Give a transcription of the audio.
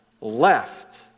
Left